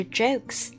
jokes